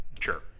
sure